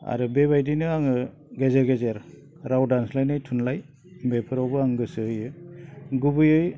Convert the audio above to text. आरो बेबायदिनो आङो गेजेर गेजेर राव दानस्लायनाय थुनलाइ बेफोरावबो आं गोसो होयो गुबैयै